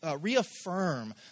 reaffirm